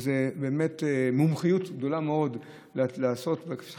וזה באמת מומחיות גדולה מאוד לעשות את זה.